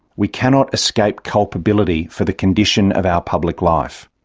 we cannot escape culpability for the condition of our public life.